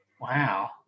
Wow